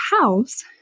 house